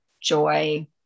joy